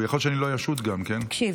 יכול להיות שאני לא אשוט גם, כי לא נרשמתי.